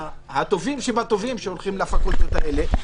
הטובים שבטובים שהולכים לפקולטות האלה,